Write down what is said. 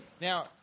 Now